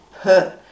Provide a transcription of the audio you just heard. put